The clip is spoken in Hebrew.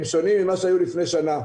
הם שונים ממה שהיו לפני שנה.